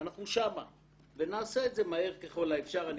אנחנו שם ונעשה את זה מהר ככל האפשר.